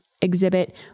exhibit